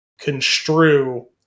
construe